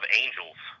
angels